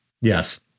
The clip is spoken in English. Yes